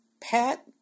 Pat